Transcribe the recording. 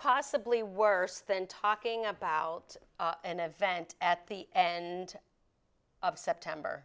possibly worse than talking about an event at the end of september